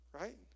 right